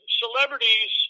celebrities